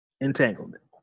Entanglement